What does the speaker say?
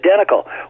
identical